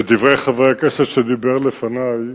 בדברי חבר הכנסת שדיבר לפני,